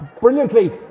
brilliantly